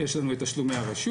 יש לנו את תשלומי הרשות: